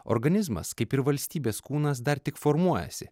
organizmas kaip ir valstybės kūnas dar tik formuojasi